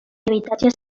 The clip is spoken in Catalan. habitatges